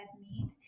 meat